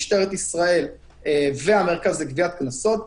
משטרת ישראל והמרכז לגביית קנסות,